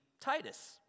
Titus